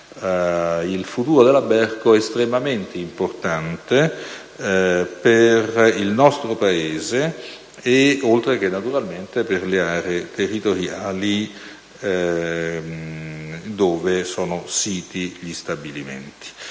il futuro della Berco estremamente importante per il nostro Paese, oltre che naturalmente per le aree territoriali in cui sono siti gli stabilimenti.